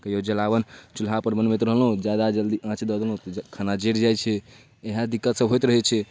कहिओ जलावन चुल्हापर बनबैत रहलहुँ जादा जल्दी आँच दऽ देलहुँ तऽ खाना जरि जाइ छै इएह दिक्कतसब होइत रहै छै